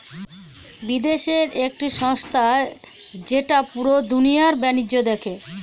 বিদেশের একটি সংস্থা যেটা পুরা দুনিয়ার বাণিজ্য দেখে